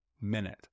minute